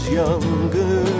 younger